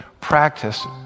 practice